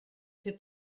fait